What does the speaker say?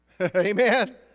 Amen